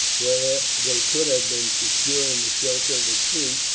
where they could have been secure in the shelter of a tree,